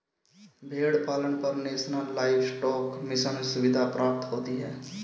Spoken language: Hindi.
भेड़ पालन पर नेशनल लाइवस्टोक मिशन सुविधा प्राप्त होती है